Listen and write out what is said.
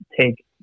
take